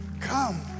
come